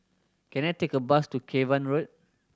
can I take a bus to Cavan Road